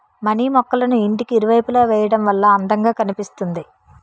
money మొక్కళ్ళను ఇంటికి ఇరువైపులా వేయడం వల్ల అందం గా కనిపిస్తుంది